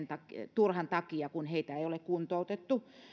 turhan takia kun heitä ei ole kuntoutettu